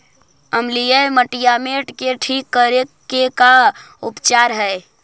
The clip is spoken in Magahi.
अमलिय मटियामेट के ठिक करे के का उपचार है?